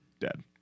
dead